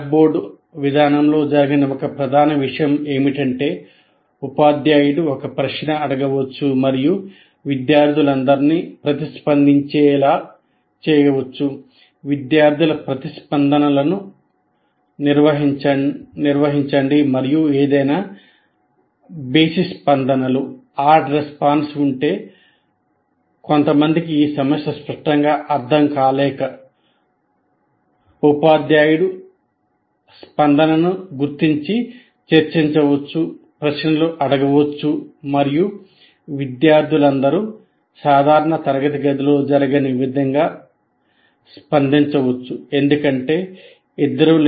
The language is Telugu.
బ్లాక్ బోర్డ్ విధానంలో జరగని ఒక ప్రధాన విషయం ఏమిటంటే ఉపాధ్యాయుడు ఒక ప్రశ్న అడగవచ్చు మరియు విద్యార్థులందరికీ ప్రతిస్పందించేలా చేయవచ్చు విద్యార్థుల ప్రతిస్పందనలను నిర్వహించండి మరియు ఏదైనా బేసి స్పందనలు మాత్రమే స్పందిస్తారు